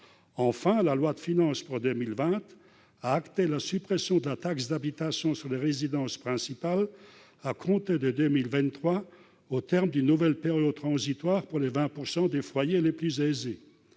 outre, la loi de finances pour 2020 a acté la suppression de la taxe d'habitation sur les résidences principales à compter de 2023, au terme d'une nouvelle période transitoire pour les 20 % des foyers les plus aisés.